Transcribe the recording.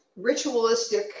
ritualistic